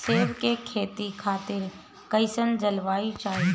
सेब के खेती खातिर कइसन जलवायु चाही?